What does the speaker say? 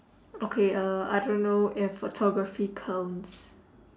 okay uh I don't know if photography counts